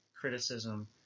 criticism